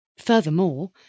Furthermore